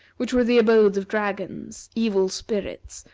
which were the abodes of dragons, evil spirits,